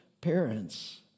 parents